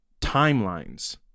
timelines